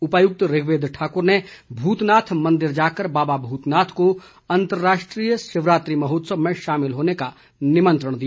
उपायुक्त ऋग्वेद ठाकुर ने भूतनाथ मंदिर जाकर बाबा भूतनाथ को अंतर्राष्ट्रीय शिवरात्रि महोत्सव में शामिल होने का निमंत्रण दिया